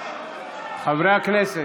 חברי הכנסת.